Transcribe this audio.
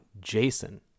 Jason